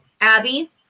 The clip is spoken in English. Abby